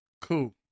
cool